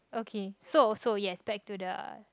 okay so so yes back to the